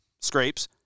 scrapes